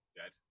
dead